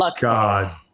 God